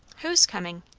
whose coming?